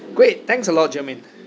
great thanks a lot germaine